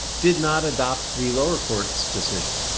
did not adopt the lower court's decision.